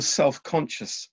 self-conscious